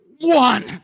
one